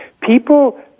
people